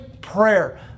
prayer